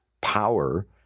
power